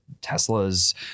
Tesla's